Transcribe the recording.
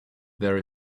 there